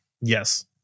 Yes